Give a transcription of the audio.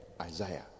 isaiah